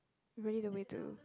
really the way to